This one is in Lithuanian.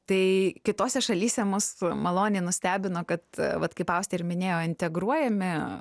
tai kitose šalyse mus maloniai nustebino kad vat kaip austė ir minėjo integruojami